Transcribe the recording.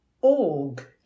Org